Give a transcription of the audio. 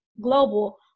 global